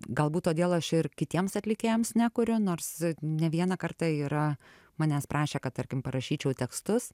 galbūt todėl aš ir kitiems atlikėjams nekuriu nors ne vieną kartą yra manęs prašę kad tarkim parašyčiau tekstus